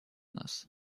нас